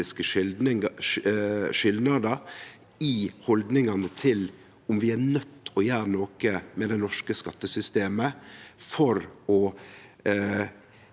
politiske skilnader i haldningane til om vi er nøydde til å gjere noko med det norske skattesystemet for å